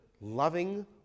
loving